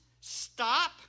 stop